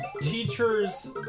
teachers